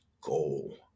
goal